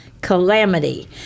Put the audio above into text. Calamity